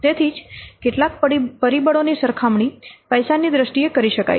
તેથી જ કેટલાક પરિબળોની સરખામણી પૈસાની દ્રષ્ટિએ કરી શકાય છે